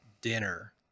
dinner